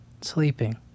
sleeping